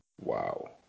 Wow